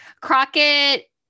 Crockett